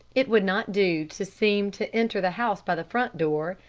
it would not do to seem to enter the house by the front door,